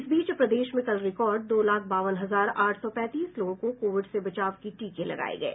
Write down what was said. इस बीच प्रदेश में कल रिकॉर्ड दो लाख बावन हजार आठ सौ पैंतीस लोगों को कोविड से बचाव के टीके दिये गयें